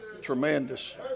tremendous